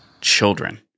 children